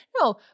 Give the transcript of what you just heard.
No